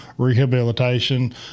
rehabilitation